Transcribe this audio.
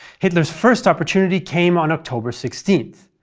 hitler's first opportunity came on october sixteen.